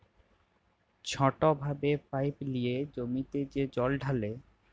ছট ভাবে পাইপ লিঁয়ে জমিতে যে জল ঢালে